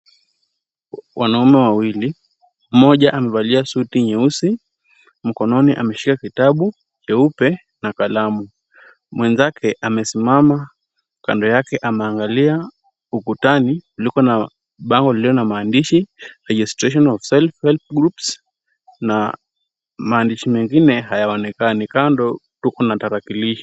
Wanaume wawili, mmoja amevalia suti nyeusi, mkononi ameshika kitabu cheupe na kalamu, mwenzake amesimama kando yake ameangalia ukutani kuliko na bango lililo na maandishi, registration of self-help groups na maandishi mengine hayaonekani , kando tuko na tarakilishi.